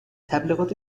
تبلیغات